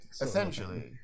Essentially